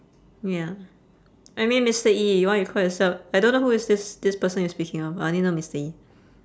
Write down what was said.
ya I mean mister E why you call yourself I don't know who is this this person you're speaking of I only know mister E